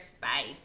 bye